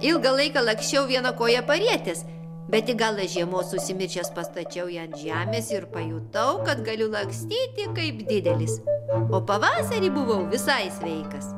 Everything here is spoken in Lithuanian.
ilgą laiką laksčiau vieną koją parietęs bet į galą žiemos užsimiršęs pastačiau ją ant žemės ir pajutau kad galiu lakstyti kaip didelis o pavasarį buvau visai sveikas